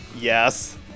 Yes